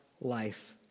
life